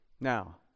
Now